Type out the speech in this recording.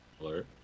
alert